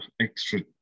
extra